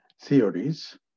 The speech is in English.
theories